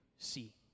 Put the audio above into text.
see